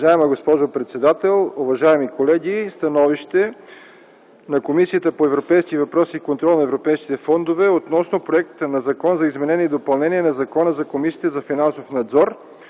Уважаема госпожо председател, уважаеми колеги! „СТАНОВИЩЕ на Комисията по европейските въпроси и контрол на европейските фондове относно Законопроект за изменение и допълнение на Закона за Комисията за финансов надзор,